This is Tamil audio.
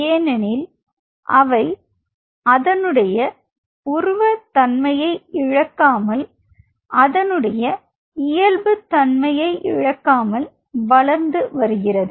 ஏனெனில் அவை அதனுடைய உருவ தன்மையை இழக்காமல் அதனுடைய இயல்புத் தன்மையை இழக்காமல் வளர்ந்து வருகிறது